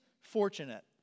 fortunate